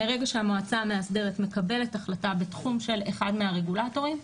מרגע שהמועצה המאסדרת מקבלת החלטה בתחום של אחד מהרגולטורים,